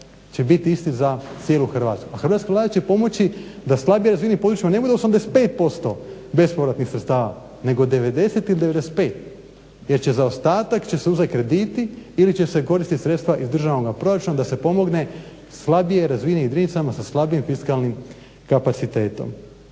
će biti isti za cijelu Hrvatsku, a hrvatska Vlada će pomoći da slabije razvijenim područjima ne bude 85% bespovratnih sredstava nego 90 ili 95 jer za ostatak će se uzet krediti ili će se koristit sredstva iz državnog proračuna da se pomogne slabije razvijenim jedinicama sa slabijim fiskalnim kapacitetom.